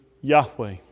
Yahweh